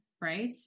Right